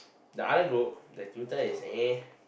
the other group the tutor is A